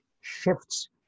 shifts